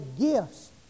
gifts